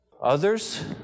Others